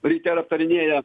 ryte ir aptarinėja